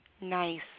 Nice